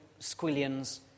squillions